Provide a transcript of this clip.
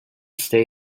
stay